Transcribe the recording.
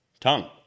Tongue